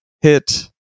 hit